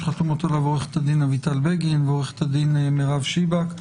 שחתומות עליו עוה"ד אביטל בגין ועוה"ד מירב שיבק.